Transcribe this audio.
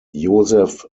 josef